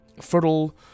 fertile